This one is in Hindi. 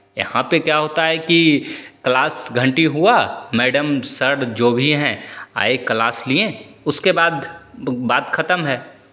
यहाँ पे क्या होता है कि क्लास घंटी हुआ मैडम सर जो भी हैं आए क्लास लिये उसके बाद बात खतम है